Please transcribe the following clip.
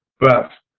but